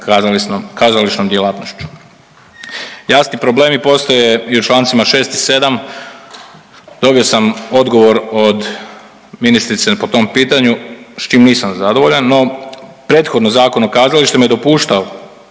kazališnom djelatnošću. Jasni problemi postoje i u čl. 6 i 7, dobio sam odgovor od ministrice po tom pitanju, s čim nisam zadovoljan, no prethodno, Zakon o kazalištima je dopuštao